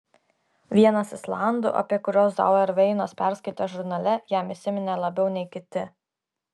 vienas islandų apie kuriuos zauerveinas perskaitė žurnale jam įsiminė labiau nei kiti